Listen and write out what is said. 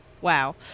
Wow